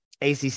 ACC